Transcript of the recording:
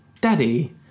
Daddy